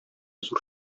зур